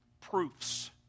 proofs